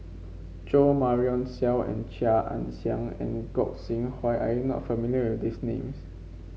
Jo Marion Seow and Chia Ann Siang and Gog Sing Hooi are you not familiar with these names